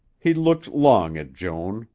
he looked long at joan,